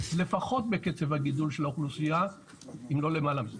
לפחות בקצב הגידול של האוכלוסייה אם לא למעלה זה.